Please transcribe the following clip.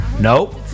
Nope